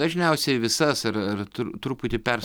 dažniausiai visas ar ar truputį per